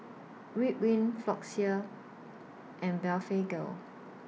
Ridwind Floxia and Blephagel